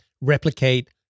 replicate